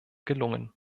gelungen